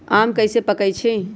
आम कईसे पकईछी?